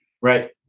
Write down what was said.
Right